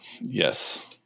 Yes